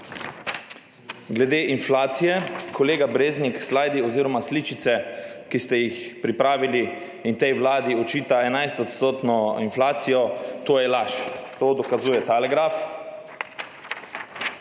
Glede inflacije. Kolega Breznik, slajdi oziroma sličice, ki ste jih pripravili in tej Vladi očita 11 odstotno inflacijo, to je laž. To dokazuje tale graf.